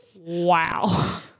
Wow